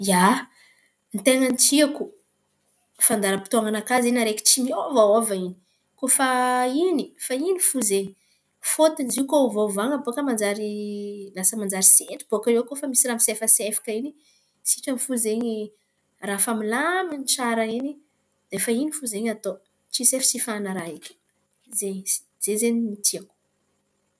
Ia ny ten̈a tiako fandaharam-potôn̈anakà izen̈y raiky tsy miôvaôva in̈y kofa in̈y efa in̈y fo zey. Fôtony izy io kôfa ôvaôvan̈a manjary lasa manjary setry bôka eo koa efa misy raha misefasefaky in̈y. Sitrany fo izen̈y raha afa milaminy tsara in̈y de fa in̈y fô zey ny atô tsy sisesifan̈a raha raiky zey zey izen̈y ny tiako.